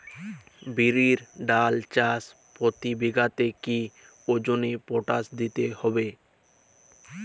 বিরির ডাল চাষ প্রতি বিঘাতে কি ওজনে পটাশ দিতে হবে?